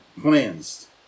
cleansed